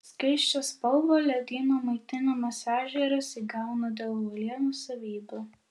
skaisčią spalvą ledyno maitinamas ežeras įgauna dėl uolienų savybių